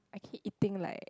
I keep eating like